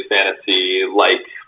Fantasy-like